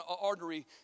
artery